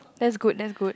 that good that good